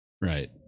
right